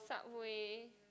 Subway